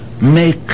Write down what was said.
make